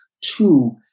Two